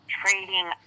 trading